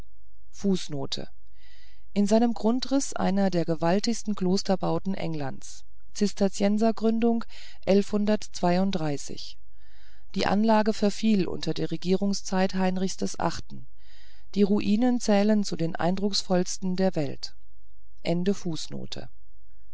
in seinem grundriß einer der gewaltigsten klosterbauten englands zisterzienser gründung die anlage verfiel unter der regierungszeit heinrichs viii die ruinen zählen zu den eindrucksvollsten der welt